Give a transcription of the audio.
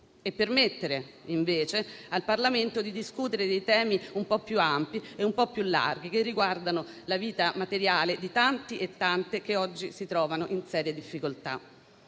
e permettere invece al Parlamento di discutere dei temi un po' più ampi e un po' più larghi, che riguardano la vita materiale di tanti e tante che oggi si trovano in serie difficoltà.